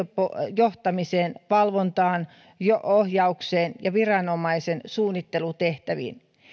johtamiseen valvontaan ohjaukseen ja viranomaisen suunnittelutehtäviin